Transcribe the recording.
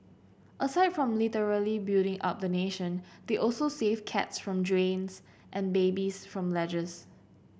aside from literally building up the nation they also save cats from drains and babies from ledges